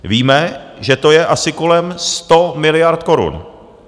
Víme, že to je asi kolem 100 miliard korun.